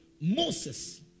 Moses